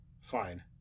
Fine